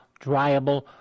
dryable